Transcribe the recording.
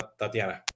Tatiana